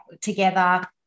together